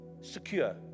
secure